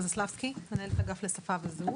אני רינה זסלבסקי, מנהלת אגף לשפה וזהות.